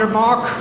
mark